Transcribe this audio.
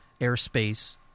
airspace